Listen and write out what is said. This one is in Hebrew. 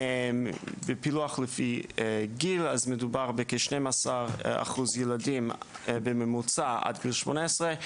בפילוח לפי גיל אז מדובר בכ-12% ילדים בממוצע עד גיל 18,